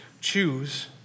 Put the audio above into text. Choose